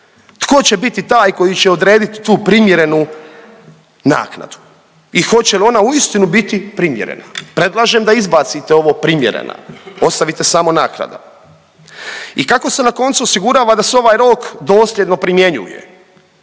Tko će biti taj koji će odrediti tu primjerenu naknadu i hoće li onda uistinu biti primjerena? Predlažem da izbacite ovo primjerena ostavite samo naknada. I kako se na koncu osigurava da se ovaj rok dosljedno primjenjuje,